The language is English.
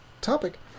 topic